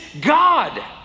God